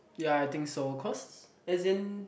ya I think so cause as in